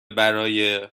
برای